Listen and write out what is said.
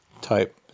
type